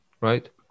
right